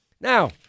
Now